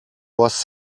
was